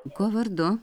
kuo vardu